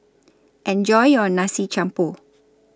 Enjoy your Nasi Campur